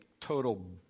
total